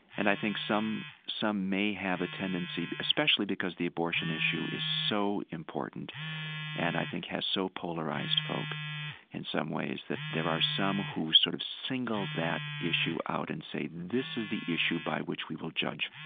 and i think some some may have a tendency, especially because the abortion issue is so important and i think has so polarized folk in some ways, that there are some who sort of single that issue out and say, this is the issue by which we will judge.